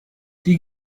die